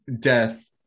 Death